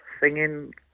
singing